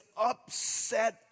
upset